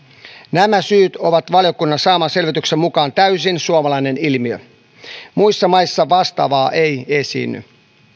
nämä syyt ovat valiokunnan saaman selvityksen mukaan täysin suomalainen ilmiö muissa maissa vastaavaa ei esiinny